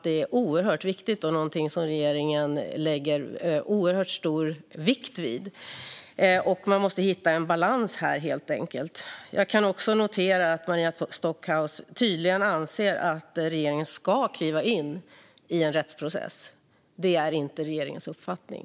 Det är oerhört viktigt och något som regeringen fäster oerhört stor vikt vid. Man måste helt enkelt hitta en balans här. Jag noterar också att Maria Stockhaus tydligen anser att regeringen ska kliva in i en rättsprocess. Det är inte regeringens uppfattning.